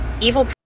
evil